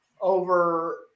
over